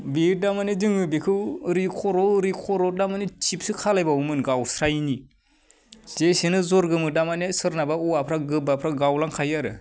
बेयो दा माने जोङो बेखौ ओरै खर' ओरै खर' दा माने टिबसो खालायबावोमोन गावस्रायिनि जेसेनो जर गोमो दा माने सोरनाबा औवाफ्रा गोबाफ्रा गावलांखायो आरो